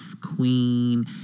Queen